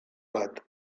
bat